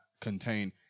contain